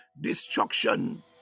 destruction